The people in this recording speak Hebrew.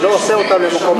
זה לא עושה אותם למקום סגור.